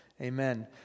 Amen